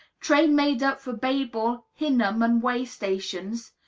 train made up for babel, hinnom, and way stations?